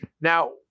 Now